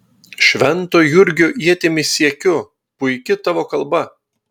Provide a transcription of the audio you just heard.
švento jurgio ietimi siekiu puiki tavo kalba